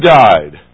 died